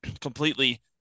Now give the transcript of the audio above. completely